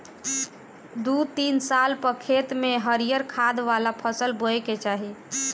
दू तीन साल पअ खेत में हरिहर खाद वाला फसल बोए के चाही